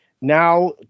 Now